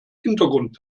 hintergrund